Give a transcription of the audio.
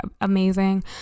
amazing